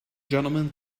gentlemen